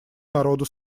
народу